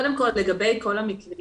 קודם כל, לגבי כל המקרים